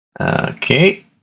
Okay